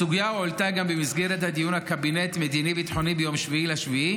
הסוגיה הועלתה גם במסגרת דיון הקבינט המדיני-ביטחוני ביום 7 ביולי,